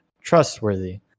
trustworthy